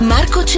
Marco